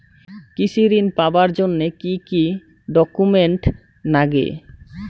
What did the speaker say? কৃষি ঋণ পাবার জন্যে কি কি ডকুমেন্ট নাগে?